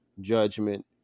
judgment